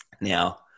Now